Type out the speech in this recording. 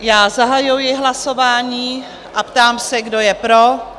Já zahajuji hlasování a ptám se, kdo je pro?